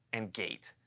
and gate.